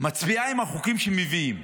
מצביעה עם החוקים שמביאים.